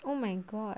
oh my god